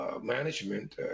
management